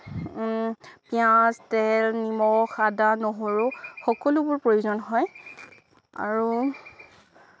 পিয়াজ তেল নিমখ আদা নহৰু সকলোবোৰ প্ৰয়োজন হয় আৰু